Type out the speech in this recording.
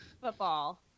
football